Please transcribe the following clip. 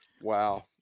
Wow